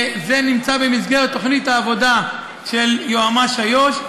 זה במסגרת תוכנית העבודה של יועמ"ש איו"ש.